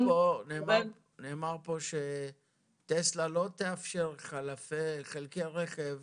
--- נאמר פה שטסלה לא תאפשר חלפי חלקי רכב